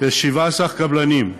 יש 17 מפקחים,